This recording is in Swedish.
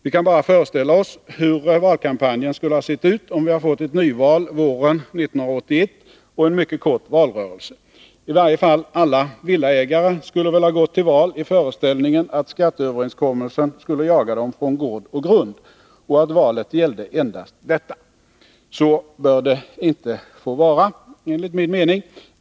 Vi kan bara föreställa oss hur valkampanjen skulle ha sett ut, om vi hade fått ett nyval våren 1981 och en mycket kort valrörelse. I varje fall alla villaägare skulle väl ha gått till val i föreställningen att skatteöverenskommelsen skulle jaga dem från gård och grund och att valet gällde endast detta. Så bör det enligt min mening inte få vara.